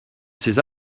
ces